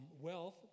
wealth